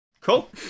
Cool